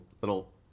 little